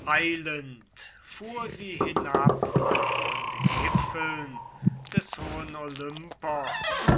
eilend fuhr sie hinab von den gipfeln des hohen olympos